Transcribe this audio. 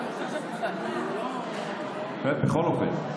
בכל אופן,